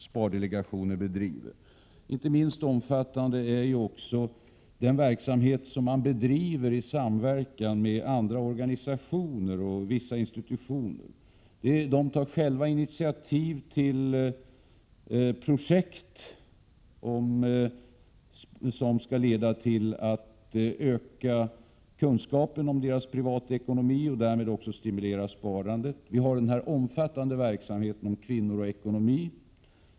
Spardelegationen bedriver också annan verksamhet, inte minst i samverkan med organisationer och vissa institutioner. Den tar själv initiativ till projekt som skall leda till att öka kunskaperna om den privata ekonomin och därmed också stimulera sparandet. Vi har stött den omfattande verksamheten Kvinnor och ekonomi.